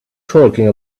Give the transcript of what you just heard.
talking